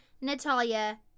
natalia